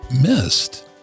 missed